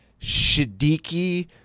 Shadiki